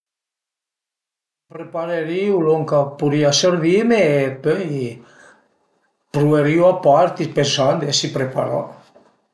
Preparerìu lon ch'a pudrìa servime e pöi pruverìu a parti pensand d'esi preparà